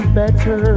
better